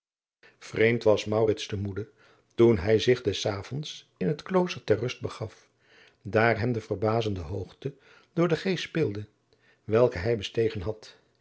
was maurits te moede toen hij zich des avonds in het klooster ter rust begaf daar hem de verbazende hoogte voor den geest speelde welke hij bestegen had